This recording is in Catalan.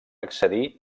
accedir